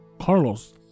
Carlos